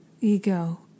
ego